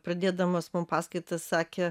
pradėdamas mum paskaitas sakė